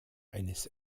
eines